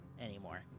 anymore